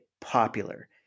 popular